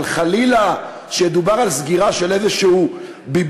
אבל חלילה שידובר על סגירה של איזה "ביביתון".